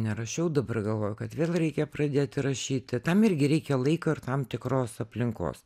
nerašiau dabar galvoju kad vėl reikia pradėti rašyti tam irgi reikia laiko ir tam tikros aplinkos